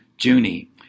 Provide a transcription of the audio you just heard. Junie